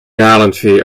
gallantry